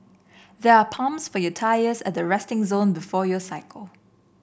there are pumps for your tyres at the resting zone before you cycle